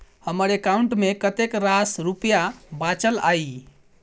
हम्मर एकाउंट मे कतेक रास रुपया बाचल अई?